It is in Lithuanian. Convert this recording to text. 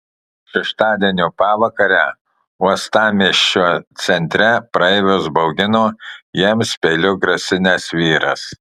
šeštadienio pavakarę uostamiesčio centre praeivius baugino jiems peiliu grasinęs vyras